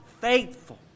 faithful